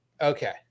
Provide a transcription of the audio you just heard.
Okay